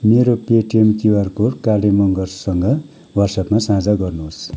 मेरो Paytm QR code काले मँगरसँग वाट्सएपमा साझा गर्नुहोस्